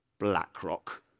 BlackRock